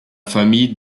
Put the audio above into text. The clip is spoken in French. famille